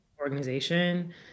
organization